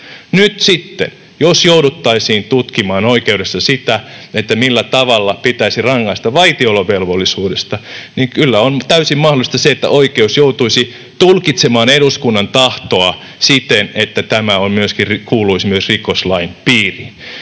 Nyt sitten, jos jouduttaisiin tutkimaan oikeudessa sitä, millä tavalla pitäisi rangaista vaitiolovelvollisuudesta, niin kyllä on täysin mahdollista se, että oikeus joutuisi tulkitsemaan eduskunnan tahtoa siten, että tämä kuuluisi myös rikoslain piiriin.